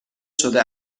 شده